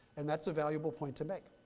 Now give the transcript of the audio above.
and that's a valuable point to make.